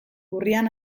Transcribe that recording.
urrian